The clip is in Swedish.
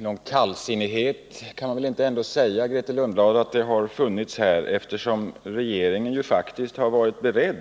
Herr talman! Man kan inte säga att vi har visat kallsinne här, Grethe Lundblad, eftersom regeringen ju faktiskt har varit beredd